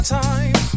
time